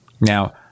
Now